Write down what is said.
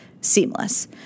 seamless